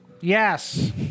Yes